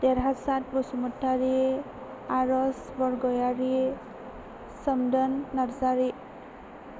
देरहासात बसुमतारि आरज बरगयारि सोमदोन नार्जारि